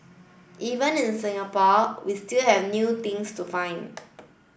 even in Singapore we still have new things to find